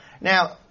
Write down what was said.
Now